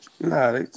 nah